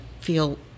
feel